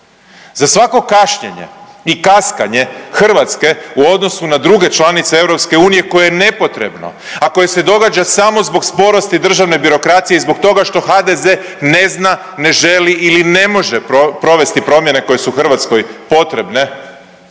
Za svako kašnjenje i kaskanje Hrvatske u odnosu na druge članice EU koje je nepotrebno, a koje se događa samo zbog sporosti državne birokracije i zbog toga što HDZ ne zna, ne želi ili ne može provesti promjene koje su Hrvatskoj potrebne,